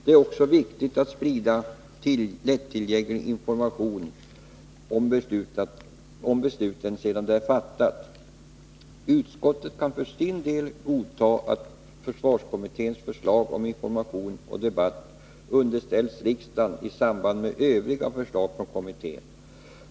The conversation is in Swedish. Det är också viktigt att sprida lättillgänglig information om beslutet sedan det är fattat. Utskottet kan för sin del godta att försvarskommitténs förslag om information och debatt underställs riksdagen i samband med övriga förslag från kommittén.